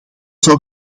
zal